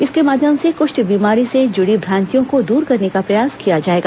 इसके माध्यम से कुष्ठ बीमारी से जुड़ी भ्रांतियों को दूर करने का प्रयास किया जाएगा